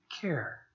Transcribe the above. care